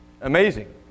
amazing